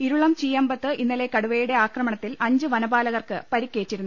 ഇരുളം ചീയമ്പത്ത് ഇന്നലെ കടു വയുടെ ആക്രമണത്തിൽ അഞ്ച് വനപാലകർക്ക് പരിക്കേറ്റിരുന്നു